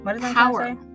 power